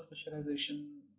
specialization